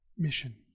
Mission